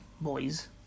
boys